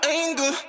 anger